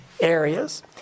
areas